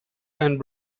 and